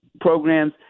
programs